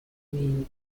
mean